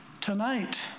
tonight